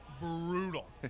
Brutal